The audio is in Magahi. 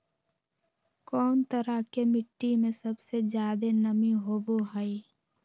कौन तरह के मिट्टी में सबसे जादे नमी होबो हइ?